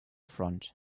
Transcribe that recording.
front